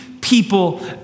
people